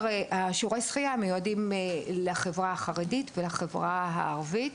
שיעורי השחייה מיועדים לחברה החרדית ולחברה הערבית,